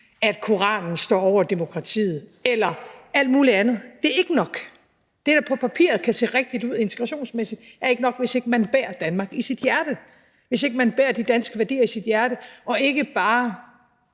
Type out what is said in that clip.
at Koranen står over demokratiet, eller alt mulig andet. Det er ikke nok. Det, der på papiret kan se rigtigt ud integrationsmæssigt, er ikke nok, hvis ikke man bærer Danmark i sit hjerte, hvis ikke man bærer de danske værdier i sit hjerte, ikke bare